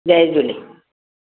जय झूले